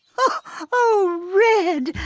oh, red.